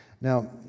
Now